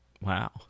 wow